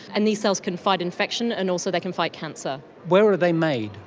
and these cells can fight infection and also they can fight cancer. where are they made?